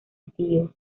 tío